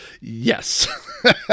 Yes